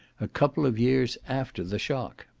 a couple of years after the shock.